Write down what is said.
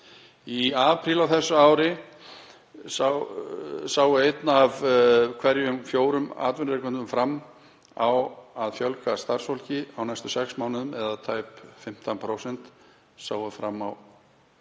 „Í apríl á þessu ári sá einn af hverjum fjórum atvinnurekendum fram á að fjölga starfsfólki á næstu 6 mánuðum á meðan tæp 15% sáu fram á